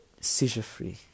seizure-free